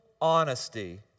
honesty